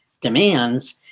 demands